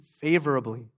favorably